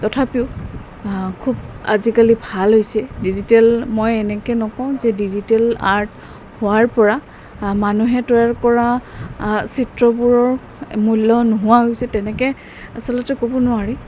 তথাপিও খুব আজিকালি ভাল হৈছে ডিজিটেল মই এনেকে নকওঁ যে ডিজিটেল আৰ্ট হোৱাৰ পৰা মানুহে তৈয়াৰ কৰা চিত্ৰবোৰৰ মূল্য নোহোৱা হৈছে তেনেকে আচলতে ক'ব নোৱাৰি